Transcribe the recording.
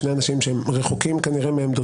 שני אנשים שהם כנראה רחוקים מעמדותיי